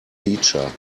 teacher